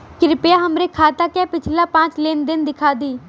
कृपया हमरे खाता क पिछला पांच लेन देन दिखा दी